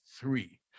three